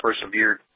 persevered